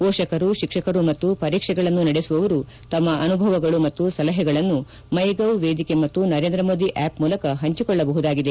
ಪೋಷಕರು ಶಿಕ್ಷಕರು ಮತ್ತು ಪರೀಕ್ಷೆಗಳನ್ನು ನಡೆಸುವವರು ತಮ್ಮ ಅನುಭವಗಳು ಮತ್ತು ಸಲಹೆಗಳನ್ನು ಮೈ ಗೌ ವೇದಿಕೆ ಮತ್ತು ನರೇಂದ್ರ ಮೋದಿ ಆಪ್ ಮೂಲಕ ಹಂಚಿಕೊಳ್ಳಬಹುದಾಗಿದೆ